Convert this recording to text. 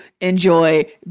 enjoy